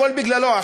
הכול בגללו.